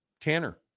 Tanner